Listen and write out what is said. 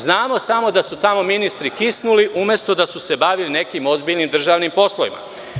Znamo samo da su tamo ministri kisnuli umesto da su se bavili nekim ozbiljnim državnim poslovima.